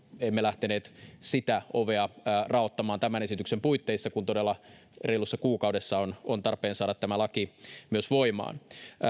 emme lähteneet sitä ovea raottamaan tämän esityksen puitteissa kun todella reilussa kuukaudessa on on tarpeen saada tämä laki myös voimaan